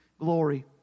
glory